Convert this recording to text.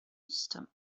system